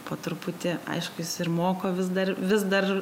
po truputį aišku jis ir moko vis dar vis dar